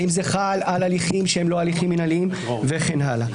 האם זה חל על הליכים שהם לא הליכים מנהליים וכן הלאה.